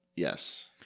Yes